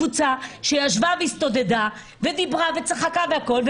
עצרתי ליד קבוצה שישבה והסתודדה ודיברה וצחקה והכול,